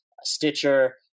Stitcher